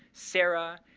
sarah,